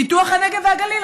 פיתוח הנגב והגליל,